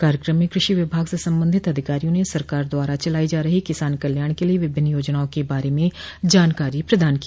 कार्यक्रम में कृषि विभाग से संबंधित अधिकारियों ने सरकार द्वारा चलाई जा रही किसान कल्याण के लिये विभिन्न योजनाओं के बारे में जानकारी प्रदान की